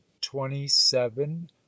twenty-seven